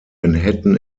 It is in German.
manhattan